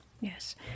Yes